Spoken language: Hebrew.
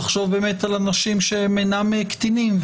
קל לחשוב על אנשים שאינם קטינים,